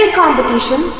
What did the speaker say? competition